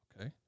Okay